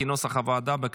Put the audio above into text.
כנוסח הוועדה.